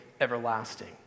everlasting